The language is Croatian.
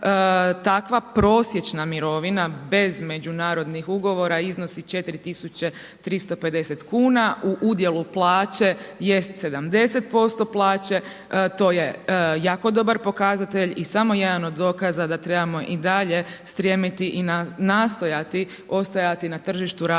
Takva prosječna mirovina, bez međunarodnih ugovora iznosi 4350 kn u udjelu plaće jest 70% plaće to je jako dobar pokazatelj i samo jedan od dokaza da trebamo i dalje strijemiti i nastojati ostajati na tržištu rada što